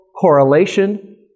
correlation